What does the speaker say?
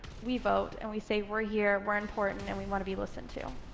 we vote, and we say, we're here, we're important, and we wanna be listened to.